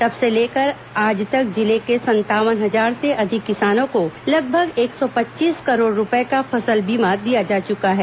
तब से लेकर आज तक जिले के संतावन हजार से अधिक किसानों को लगभग एक सौ पच्चीस करोड़ रूपए का फसल बीमा दिया जा चुका है